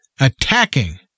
attacking